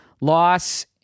loss